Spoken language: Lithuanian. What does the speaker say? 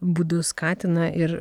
būdu skatina ir